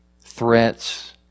threats